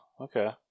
okay